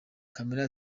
camera